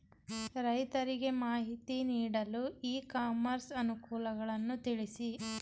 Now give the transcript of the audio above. ರೈತರಿಗೆ ಮಾಹಿತಿ ನೀಡಲು ಇ ಕಾಮರ್ಸ್ ಅನುಕೂಲಗಳನ್ನು ತಿಳಿಸಿ?